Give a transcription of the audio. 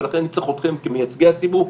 ולכן אני צריך אתכם כמייצגי הציבור.